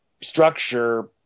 structure